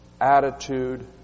attitude